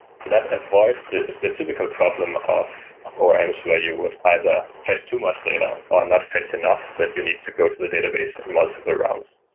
so that avoids the typical problem of of orms where you would either fetch too much data, or not fetch enough so that you need to go to the database in multiple rounds.